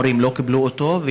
המורים לא קיבלו אותו,